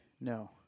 No